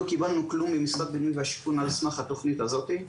לא קיבלנו כלום ממשרד הבינוי והשיכון על סמך התכנית הזו.